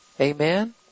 Amen